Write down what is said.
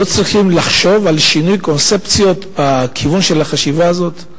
לא צריך לחשוב על שינוי קונספציות בכיוון של החשיבה הזאת?